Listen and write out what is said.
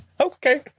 Okay